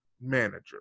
manager